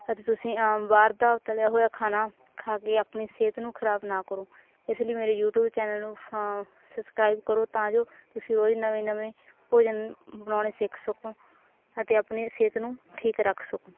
ਅਤੇ ਤੁਸੀਂ ਬਾਹਰ ਤਲਿਆ ਹੋਇਆ ਖਾਣਾ ਖਾ ਕੇ ਆਪਣੀ ਸਿਹਤ ਨੂੰ ਖਰਾਬ ਨਾ ਕਰੋ ਇਸ ਲਈ ਮੇਰੇ ਯੂਟਿਊਬ ਚੈਨਲ ਨੂੰ ਸਬਸਕ੍ਰਾਈਬ ਕਰੋ ਤਾਂ ਜੋ ਤੁਸੀ ਰੋਜ਼ ਨਵੇਂ ਨਵੇਂ ਭੋਜਨ ਬਣਾਉਣੇ ਸਿੱਖ ਸਕੋ ਅਤੇ ਆਪਣੀ ਸਿਹਤ ਨੂੰ ਠੀਕ ਰੱਖ ਸਕੋ